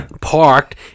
Parked